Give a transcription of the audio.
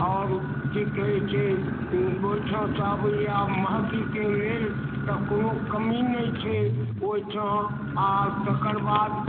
आओर कि कहै छै ओहिठामसँ अबैए महगीके लेल तऽ कोनो कमी नहि छै ओहिठाम आओर तकर बाद